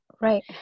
Right